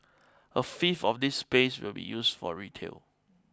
a fifth of this space will be used for retail